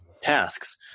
tasks